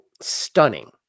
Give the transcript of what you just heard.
stunning